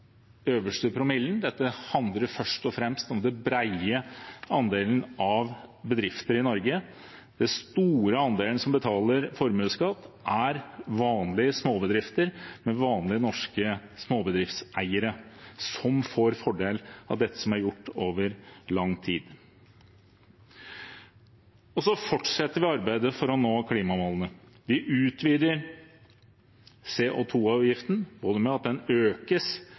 Dette handler først og fremst om den brede andelen bedrifter i Norge. Den store andelen som betaler formuesskatt, er vanlige småbedrifter med vanlige norske småbedriftseiere som får fordel av dette som er gjort over lang tid. Vi fortsetter arbeidet for å nå klimamålene. Vi utvider CO 2 -avgiften både med at den økes